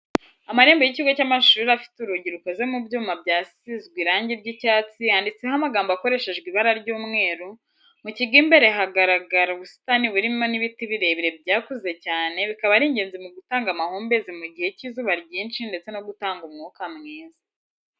Amarembo y'ikigo cy'amashuri afite urugi rukoze mu byuma byasizwe irangi ry'icyatsi handitseho amagambo akoreshejwe ibara ry'umweru, mu kigo imbere hagaragara ubusitani burimo n'ibiti birebire byakuze cyane bikaba ari ingenzi mu gutanga amahumbezi mu gihe cy'izuba ryinshi ndetse no gutanga umwuka mwiza.